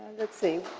let's see.